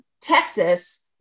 Texas